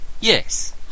Yes